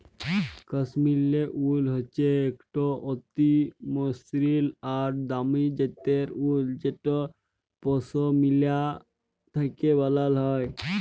কাশ্মীরলে উল হচ্যে একট অতি মসৃল আর দামি জ্যাতের উল যেট পশমিলা থ্যাকে ব্যালাল হয়